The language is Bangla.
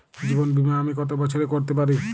জীবন বীমা আমি কতো বছরের করতে পারি?